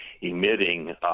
emitting